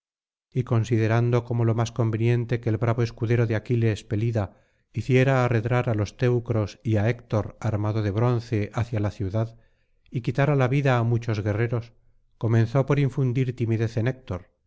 y considerando como lo más conveniente que el bravo escudero de aquiles pelida hiciera arredrar á los teucros y á héctor armado de bronce hacia la ciudad y quitara la vida á muchos guerreros comenzó por infundir timidez en héctor